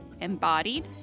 embodied